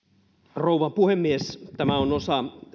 rouva puhemies tämä on osa